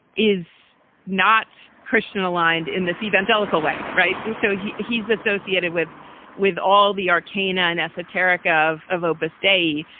is not christian aligned in this evangelical way. right. so he he's associated with with all the arcane and esoteric of of opus day.